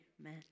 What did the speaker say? amen